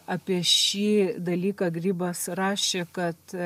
apie šį dalyką grybas rašė kad